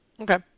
Okay